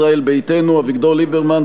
ישראל ביתנו: אביגדור ליברמן,